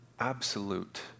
absolute